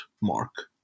mark